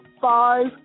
five